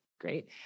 great